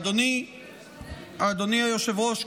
אדוני היושב-ראש,